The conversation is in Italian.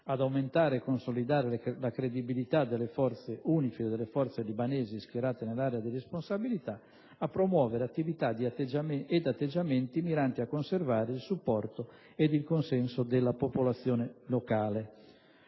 ad aumentare e consolidare la credibilità delle forze UNIFIL e delle forze libanesi schierate nell'area di responsabilità; a promuovere attività ed atteggiamenti miranti a conservare il supporto ed il consenso della popolazione locale.